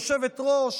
יושבת-ראש